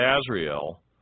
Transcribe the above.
Azrael